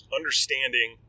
understanding